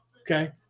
Okay